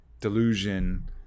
delusion